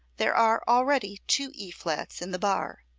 there are already two e flats in the bar.